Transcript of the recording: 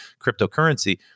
cryptocurrency